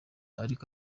ariko